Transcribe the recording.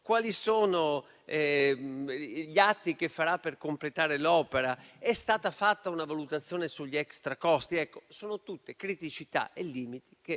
Quali sono gli atti che realizzerà per completare l'opera? È stata fatta una valutazione sugli extracosti? Sono tutte criticità e limiti che,